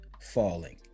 falling